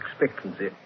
expectancy